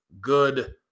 good